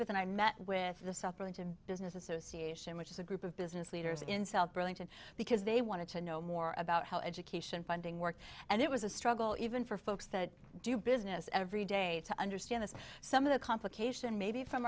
burlington business association which is a group of business leaders in south burlington because they wanted to know more about how education funding worked and it was a struggle even for folks that do business every day to understand that some of the complication maybe from